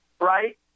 Right